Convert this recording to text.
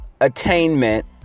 attainment